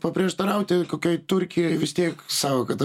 paprieštarauti kokioj turkijoj vis tiek sako kad